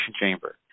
Chamber